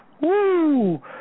Woo